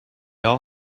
all